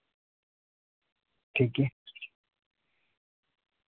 ᱴᱷᱤᱠ ᱜᱮᱭᱟ